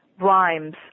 rhymes